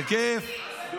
ביבי מתחנף אליך.